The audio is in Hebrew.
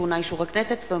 היא טעונה אישור הכנסת,